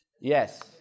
Yes